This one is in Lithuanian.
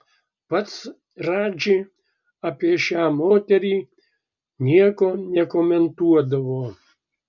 pats radži apie šią moterį nieko nekomentuodavo